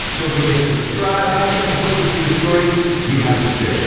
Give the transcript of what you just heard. don't forget to subscribe. i can't wait to see the stories you have to share.